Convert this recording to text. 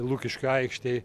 lukiškių aikštėj